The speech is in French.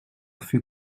fut